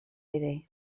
iddi